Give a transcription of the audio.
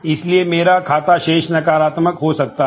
इसलिए मेरा खाता शेष नकारात्मक हो सकता है